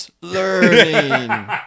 Learning